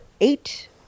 eight